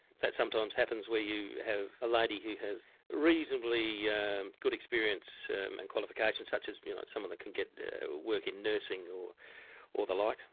that sometimes happens where you have a lady who has reasonably yeah um good experience and qualifications such as some of them can get work in nursing, or or the like.